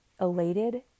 elated